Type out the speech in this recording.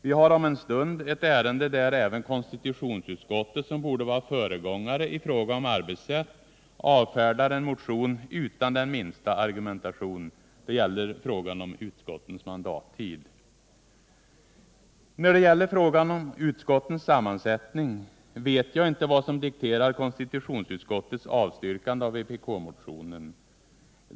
Vi har om en stund ett ärende där även konstitutionsutskottet — som borde vara föregångare i fråga om arbetssätt — avfärdar en motion utan den minsta argumentation. Det gäller frågan om utskottens mandattid. När det gäller frågan om utskottens sammansättning vet jag inte vad som dikterar konstitutionsutskottets avstyrkande av vpk-motionen.